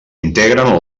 integren